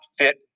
fit